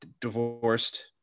divorced